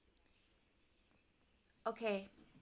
okay